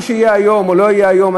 מה שיהיה היום או לא יהיה היום,